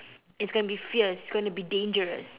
it's gonna be fierce it's gonna be dangerous